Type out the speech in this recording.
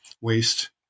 waste